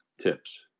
tips